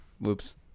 Whoops